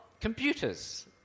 computers